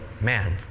man